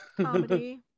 Comedy